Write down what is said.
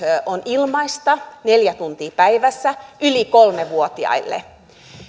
on ilmaista neljä tuntia päivässä yli kolme vuotiaille